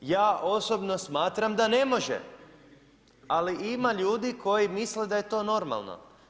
Ja osobno smatram da ne može, ali ima ljudi koji misle da je to normalno.